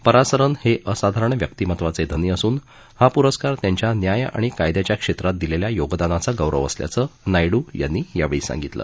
परासरन हे असाधारण व्यक्तीमत्वाचे धनी असून हा पुरस्कार त्यांच्या न्याय आणि कायदयाच्या क्षेत्रात दिलेल्या योगदानाचा गौरव असल्याचं नायडू यांनी यावेळी सांगितलं